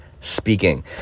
Speaking